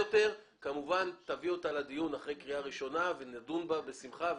כמובן תביא אותה לדיון אחרי קריאה ראשונה ונדון בה בשמחה.